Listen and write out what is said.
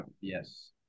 Yes